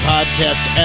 Podcast